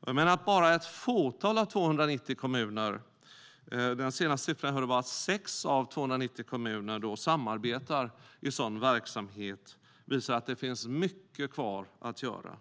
Att bara ett fåtal av 290 kommuner - den senaste siffran jag hörde var att det är 6 av 290 kommuner - samarbetar i sådan verksamhet visar dock att det finns mycket kvar att göra.